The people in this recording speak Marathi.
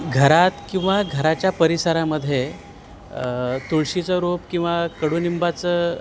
घरात किंवा घराच्या परिसरामध्ये तुळशीचं रूप किंवा कडुलिंबाचं